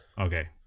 Okay